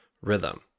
rhythm